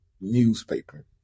newspaper